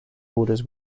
orders